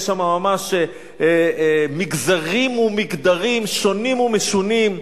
יש שם ממש מגזרים ומגדרים שונים ומשונים,